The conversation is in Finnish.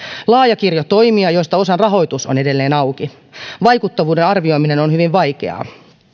laajan kirjon toimien joista osan rahoitus on edelleen auki vaikuttavuuden arvioiminen on hyvin vaikeaa